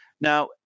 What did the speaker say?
Now